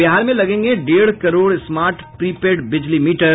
और बिहार में लगेंगे डेढ़ करोड़ स्मार्ट प्री पेड बिजली मीटर